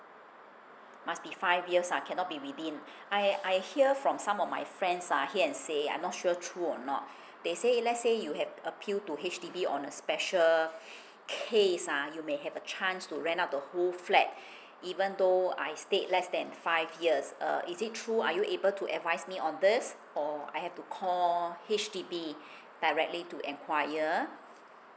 must be five years ah cannot be within I I hear from some of my friends ah hear and say I'm not sure true or not they say let's say you have appeal to H_D_B on a special case ah you may have a chance to rent out the whole flat even though I stayed less than five years uh is it true are you able to advise me on this or I have to call H_D_B directly to enquire